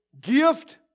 gift